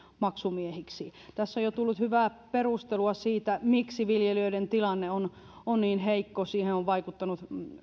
maksumiehiksi tässä on jo tullut hyvää perustelua siitä miksi viljelijöiden tilanne on on niin heikko siihen on vaikuttanut